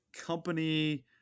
company